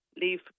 leave